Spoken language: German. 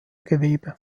gewebe